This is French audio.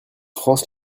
france